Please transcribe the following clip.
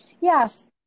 Yes